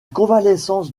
convalescence